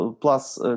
plus